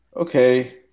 Okay